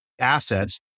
assets